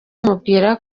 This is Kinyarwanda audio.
mubwira